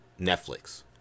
netflix